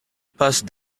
passe